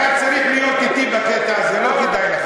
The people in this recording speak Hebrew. אתה צריך להיות אתי בקטע הזה, לא כדאי לך.